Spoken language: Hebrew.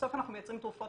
בסוף אנחנו מייצרים תרופות,